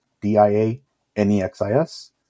D-I-A-N-E-X-I-S